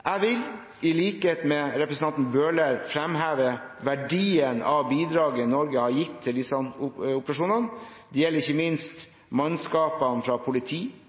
Jeg vil i likhet med representanten Bøhler fremheve verdien av bidraget Norge har gitt til disse operasjonene. Det gjelder ikke minst mannskapene fra politi,